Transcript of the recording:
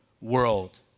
world